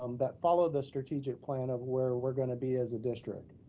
um but follow the strategic plan of where we're gonna be as a district,